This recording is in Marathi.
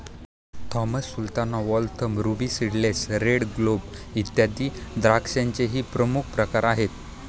Thompson sultana, Waltham, ruby seedless, red globe, इत्यादी द्राक्षांचेही प्रमुख प्रकार आहेत